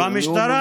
במשטרה,